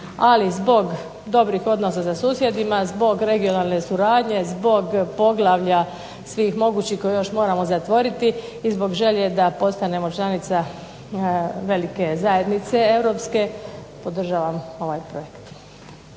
Ali zbog dobrih odnosa sa susjedima, zbog regionalne suradnje, zbog poglavlja svih mogućih koje još moramo zatvoriti i zbog želje da postanemo članica velike europske zajednice podržavam ovaj projekt.